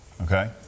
Okay